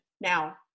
Now